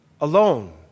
alone